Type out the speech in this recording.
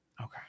Okay